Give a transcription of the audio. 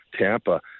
tampa